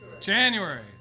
January